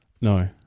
No